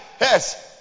Yes